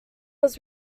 was